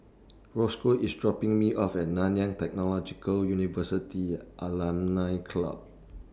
Rosco IS dropping Me off At Nanyang Technological University Alumni Club